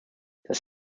das